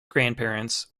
grandparents